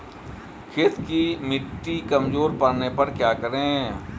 खेत की मिटी कमजोर पड़ने पर क्या करें?